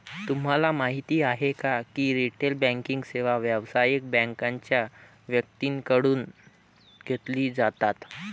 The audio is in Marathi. तुम्हाला माहिती आहे का की रिटेल बँकिंग सेवा व्यावसायिक बँकांच्या व्यक्तींकडून घेतली जातात